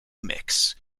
mix